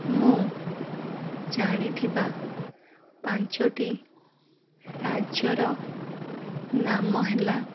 ମୁଁ ଜାଣିଥିବା ପାଞ୍ଚୋଟି ରାଜ୍ୟର ନାମ ହେଲା